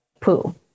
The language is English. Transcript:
poo